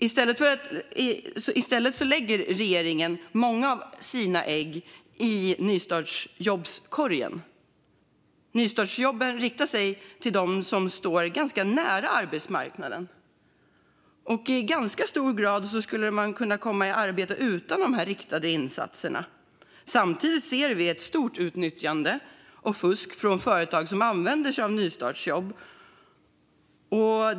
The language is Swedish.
I stället lägger regeringen många av sina ägg i nystartsjobbskorgen. Nystartsjobben riktar sig till dem som står ganska nära arbetsmarknaden. I ganska hög grad skulle de kunna komma i arbete utan dessa riktade insatser. Samtidigt ser vi ett stort utnyttjande, och fusk, från företag som använder sig av nystartsjobb.